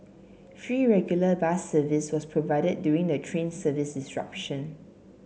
free regular bus service was provided during the train service disruption